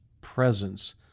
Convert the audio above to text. presence